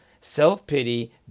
self-pity